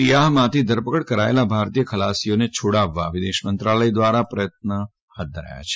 રીઆહમાંથી ધરપકડ કરાયેલા ભારતીય ખલાસીઓને છોડાવવા માટે વિદેશ મંત્રાલય દ્વારા પ્રયત્નો હાથ ધરાયા છે